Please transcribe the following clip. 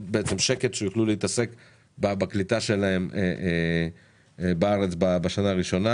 שקט שיוכלו להתעסק בקליטה שלהם בארץ בשנה הראשונה.